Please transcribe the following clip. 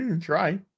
Try